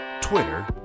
twitter